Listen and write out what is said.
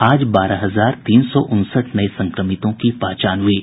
आज बारह हजार तीन सौ उनसठ नये संक्रमितों की पहचान हुई है